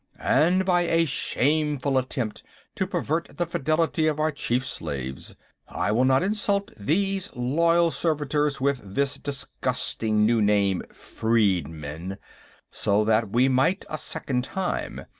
and by a shameful attempt to pervert the fidelity of our chief-slaves i will not insult these loyal servitors with this disgusting new name, freedmen so that we might, a second time,